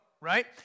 right